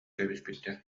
кэбиспиттэр